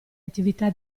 attività